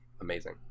amazing